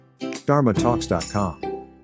dharmatalks.com